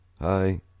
hi